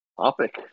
topic